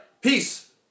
Peace